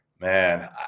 Man